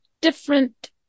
different